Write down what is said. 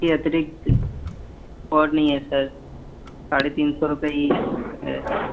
के अतिरिक्त और नहीं है सर साढ़े तीन सौ रुपये ही है